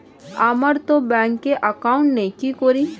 আমারতো ব্যাংকে একাউন্ট নেই কি করি?